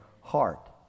heart